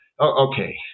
okay